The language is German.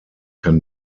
kann